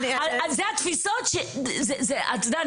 זה התפיסות שאת יודעת,